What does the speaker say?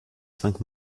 cinq